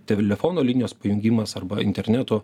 telefono linijos pajungimas arba interneto